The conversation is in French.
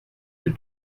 lieu